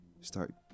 start